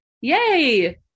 Yay